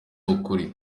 ukuri